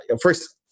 First